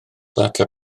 ddata